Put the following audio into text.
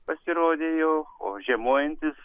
pasirodė jau o žiemojantys